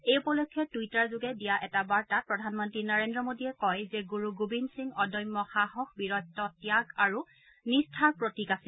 এই উপলক্ষে টুইটাৰযোগে দিয়া এটা বাৰ্তাত প্ৰধানমন্ত্ৰী নৰেন্দ্ৰ মোডীয়ে কয় যে গুৰু গোবিন্দ সিং অদম্য সাহস বীৰত ত্যাগ আৰু নিষ্ঠাৰ প্ৰতীক আছিল